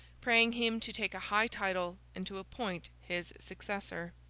praying him to take a high title and to appoint his successor.